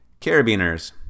Carabiners